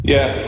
Yes